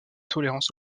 tolérance